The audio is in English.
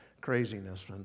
craziness